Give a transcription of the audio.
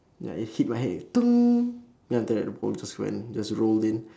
ya it hit my head then after that the ball just went in just rolled in